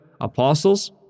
apostles